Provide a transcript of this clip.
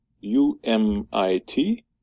U-M-I-T